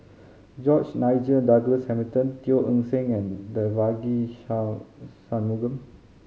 George Nigel Douglas Hamilton Teo Eng Seng and Devagi Sanmugam